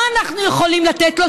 מה אנחנו יכולים לתת לו?